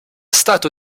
stato